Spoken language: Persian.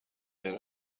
غیر